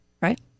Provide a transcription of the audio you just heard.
right